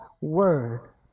Word